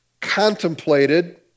contemplated